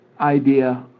idea